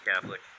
Catholic